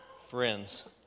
friends